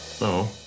No